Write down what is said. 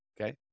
Okay